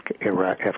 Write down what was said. Iraq